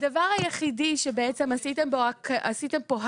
הדבר היחידי שבעצם עשיתם פה הקלה,